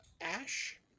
Ash